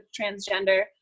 transgender